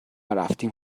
رفتیم